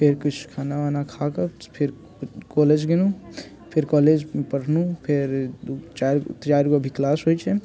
फेर किछु खाना उना खाके फेर कॉलेज गेलहुँ फेर कॉलेजमे पढ़लहुँ फेर चारि चारि गो अभी क्लास होइ छै